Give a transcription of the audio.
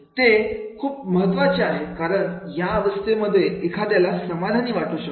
ते खूप महत्त्वाचे आहे कारण या या अवस्थेमध्ये एखाद्याला समाधानी वाटू शकतो